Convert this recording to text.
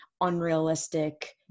unrealistic